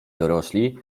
dorośli